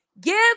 Give